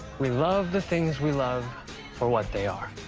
we love the things we love for what they are.